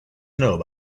know